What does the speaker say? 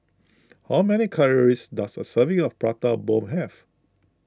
how many calories does a serving of Prata Bomb have